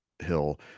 hill